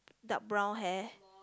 dark brown hair